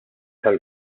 tal